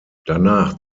danach